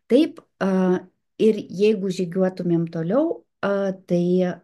taip a ir jeigu žygiuotumėm toliau a tai